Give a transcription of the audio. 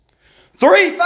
Three